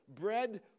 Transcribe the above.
Bread